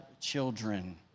children